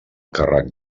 càrrec